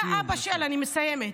אני מסיימת.